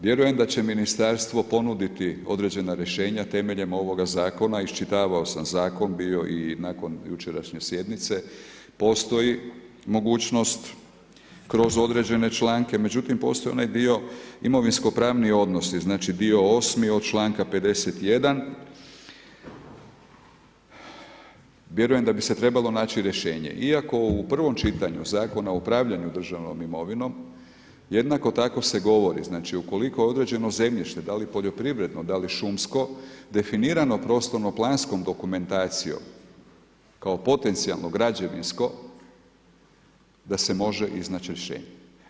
Vjerujem da će ministarstvo ponuditi određena rješenja temeljem ovog zakona, iščitavao sam zakon bio i nakon jučerašnje sjednice postoji mogućnost kroz određene članke, međutim postoji onaj dio imovinskopravni odnosi, dio osmi od članka 51., vjerujem da bi se trebalo naći rješenje, iako u prvom čitanju Zakona o upravljanju državnom imovinom jednako tako se govori znači ukoliko zemljište da li poljoprivredno, da li šumsko definirano prostorno-planskom dokumentacijom kao potencijalno građevinsko da se može iznać rješenje.